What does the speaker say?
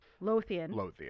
Lothian